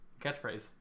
catchphrase